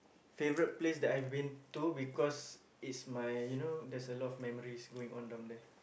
favourite place that I've been to because it's my you know there's a lot of memories going on down there